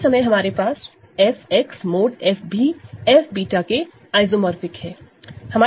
उसी समय हमारे पास FX मोड f भी fβ के आइसोमोरफिक है